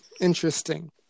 interesting